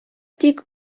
тик